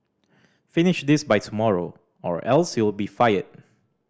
finish this by tomorrow or else you'll be fired